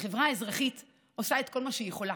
החברה האזרחית עושה את כל מה שהיא יכולה,